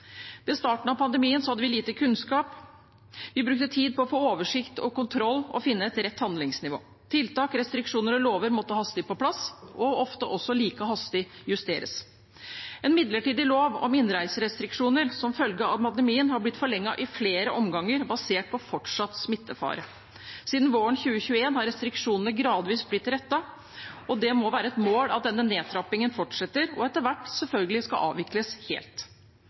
Ved starten av pandemien hadde vi lite kunnskap. Vi brukte tid på å få oversikt og kontroll og finne et rett handlingsnivå. Tiltak, restriksjoner og lover måtte hastig på plass og ofte også like hastig justeres. En midlertidig lov om innreiserestriksjoner som følge av pandemien har blitt forlenget i flere omganger, basert på fortsatt smittefare. Siden våren 2021 har restriksjonene gradvis blitt lettet, og det må være et mål at denne nedtrappingen fortsetter og etter hvert selvfølgelig skal avvikles helt.